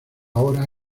ahora